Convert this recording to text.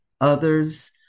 others